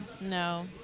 no